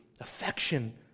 affection